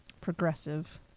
Progressive